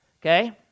okay